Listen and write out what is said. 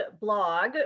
blog